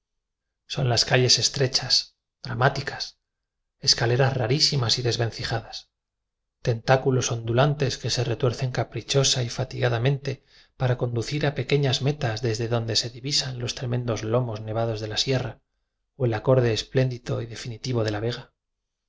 son las calles estrechas dramáticas es caleras rarísimas y desvencijadas tentácu los ondulantes que se retuercen caprichosa y fatigadamente para conducir a pequeñas metas desde donde se divisan los tremen dos lomos nevados de la sierra o el acorde espléndido y definitivo de la vega